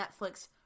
Netflix